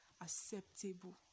acceptable